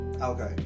Okay